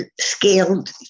scaled